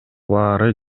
баары